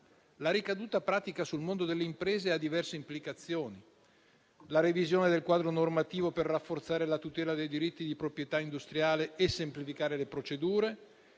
La ricaduta pratica sul mondo delle imprese ha diverse implicazioni: la revisione del quadro normativo per rafforzare la tutela dei diritti di proprietà industriale e semplificare le procedure,